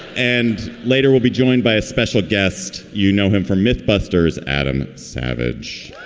and later, we'll be joined by a special guest, you know him for mythbusters, adam savage